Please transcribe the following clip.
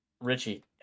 richie